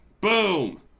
boom